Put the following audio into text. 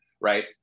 right